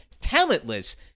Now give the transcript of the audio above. Talentless